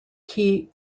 key